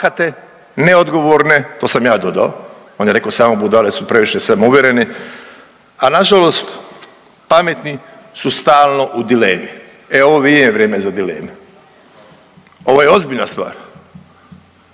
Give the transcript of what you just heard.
neodgovorne to sam ja dodao, on je rekao samo budale su previše samouvjerene, a nažalost pametni su stalno u dilemi. E ovo i je vrijeme za dileme, ovo je ozbiljna stvar.